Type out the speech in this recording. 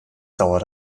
dauert